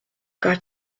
got